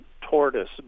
tortoise